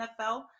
NFL